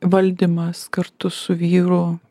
valdymas kartu su vyru